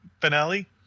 finale